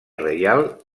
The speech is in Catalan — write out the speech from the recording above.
reial